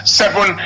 seven